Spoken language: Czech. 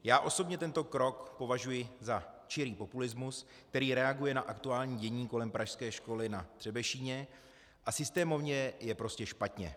Já osobně tento krok považuji za čirý populismus, který reaguje na aktuální dění kolem pražské školy Na Třebešíně a systémově je prostě špatně.